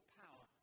power